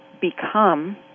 become